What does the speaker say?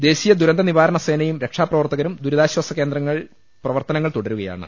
ദേശീയ ദുരന്ത നിവാരണ സേനയും രക്ഷാപ്രവർത്തകരും ദുരിതാശ്ചാസ പ്രവർത്തനങ്ങൾ തുടരുകയാണ്